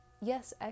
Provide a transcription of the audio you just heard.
yes